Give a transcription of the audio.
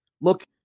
look